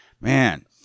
man